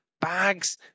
bags